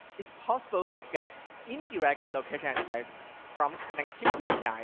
it's possible to get indirect location access from connectivity yeah